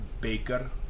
Baker